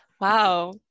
wow